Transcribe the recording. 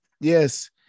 Yes